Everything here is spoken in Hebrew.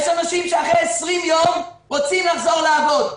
יש אנשים שאחרי 20 יום רוצים לחזור לעבוד.